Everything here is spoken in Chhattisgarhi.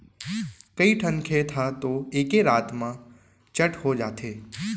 कइठन खेत ह तो एके रात म चट हो जाथे